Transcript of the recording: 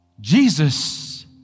Jesus